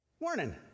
Morning